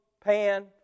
pan